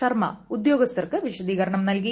ശർമ്മ ഉദ്യോഗസ്ഥർക്ക് വിശദീകരണം നൽകി